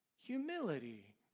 Humility